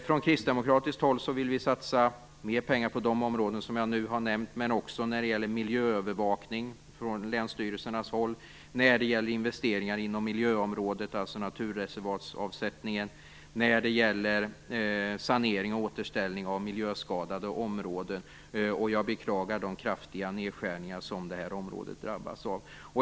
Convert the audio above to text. Från kristdemokratiskt håll vill vi satsa mer pengar på de områden som jag nu har nämnt men också på länsstyrelsernas miljöövervakning, investeringar inom miljöområdet, dvs. naturreservatsavsättningen, och sanering och återställning av miljöskadade områden. Jag beklagar de kraftiga nedskärningar som detta område drabbas av.